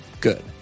GOOD